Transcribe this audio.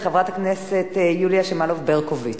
חברת הכנסת יוליה שמאלוב-ברקוביץ,